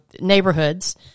neighborhoods